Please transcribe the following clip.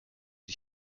sie